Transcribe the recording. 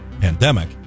pandemic